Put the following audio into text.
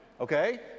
Okay